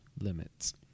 limits